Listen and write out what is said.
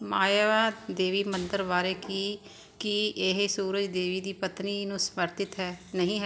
ਮਾਇਆਦੇਵੀ ਮੰਦਰ ਬਾਰੇ ਕੀ ਕੀ ਇਹ ਸੂਰਜ ਦੇਵ ਦੀ ਪਤਨੀ ਨੂੰ ਸਮਰਪਿਤ ਹੈ ਨਹੀਂ ਹੈ